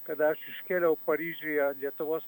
kad aš iškėliau paryžiuje lietuvos